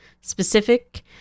specific